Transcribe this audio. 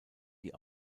die